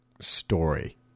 story